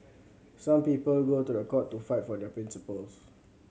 some people go to a court to fight for their principles